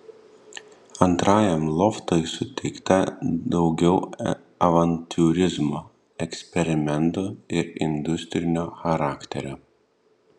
antrajam loftui suteikta daugiau avantiūrizmo eksperimentų ir industrinio charakterio